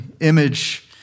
image